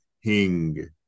hing